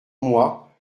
mois